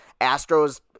Astros